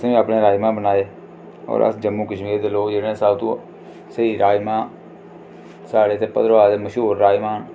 असें अपने राजमा बनाए होर अस जम्मू कश्मीर दे लोग जेह्ड़े सब तू स्हेई राजमां साढ़े ते भद्रवाह दे मश्हूर राजमां न